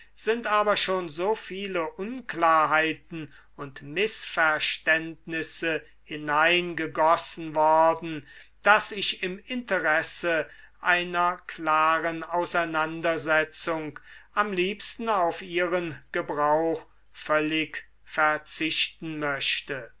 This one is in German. sind aber schon so viele unklarheiten und mißverständnisse hineingegossen worden daß ich im interesse einer klaren auseinandersetzung am liebsten auf ihren gebrauch völlig verzichten möchte